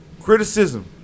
criticism